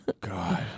God